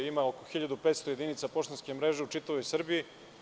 Ima oko 1.500 jedinica poštanske mreže u čitavoj Srbiji.